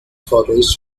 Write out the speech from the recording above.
photos